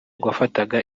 wafataga